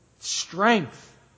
strength